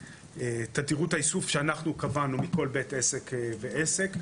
תדירות האיסוף שאנחנו קבענו מכל בית עסק ועסק.